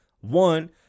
One